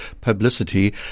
publicity